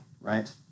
right